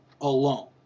alone